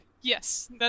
Yes